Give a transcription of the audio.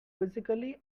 quizzically